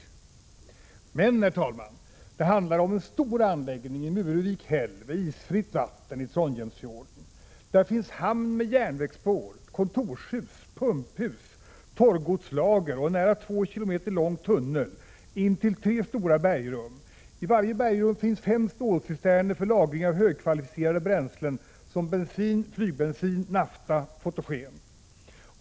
RINGAR RTR ET Men, herr talman, det handlar om en stor anläggning i Muruvik/Hell vid isfritt vatten i Trondheimsfjorden. Där finns en hamn med järnvägsspår, kontorshus, pumphus, torrgodslager och en nära 2 km lång tunnel in till tre stora bergrum. I varje bergrum finns fem stålcisterner för lagring av högkvalificerade bränslen som bensin, flygbensin, nafta och fotogen.